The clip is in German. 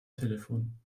telefon